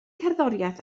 gerddoriaeth